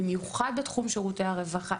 במיוחד בתחום שירותי הרווחה,